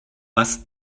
was